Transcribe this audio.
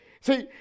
See